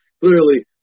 Clearly